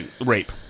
Rape